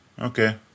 Okay